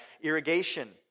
irrigation